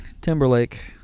Timberlake